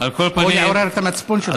או לעורר את המצפון שלך.